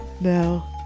No